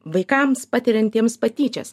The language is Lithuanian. vaikams patiriantiems patyčias